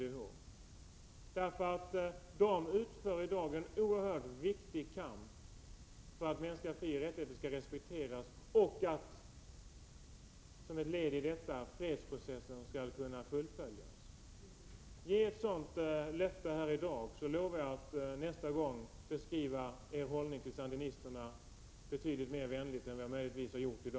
Den organisationen kämpar i dag en oerhört viktig kamp för att mänskliga frioch rättigheter skall respekteras och att, som ett led i detta arbete, fredsprocessen skall kunna fullföljas. Ge ett sådant löfte här i dag, så lovar jag att nästa